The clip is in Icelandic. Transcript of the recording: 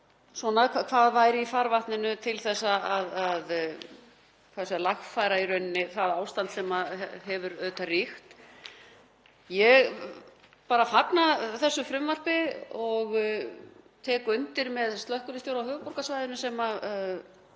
hvað væri í farvatninu til að lagfæra í rauninni það ástand sem hefur ríkt. Ég bara fagna þessu frumvarpi og tek undir með slökkviliðsstjóra á höfuðborgarsvæðinu sem